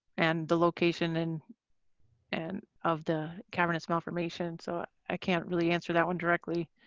and the location and and of the cavernous malformation? so i can't really answer that one directly,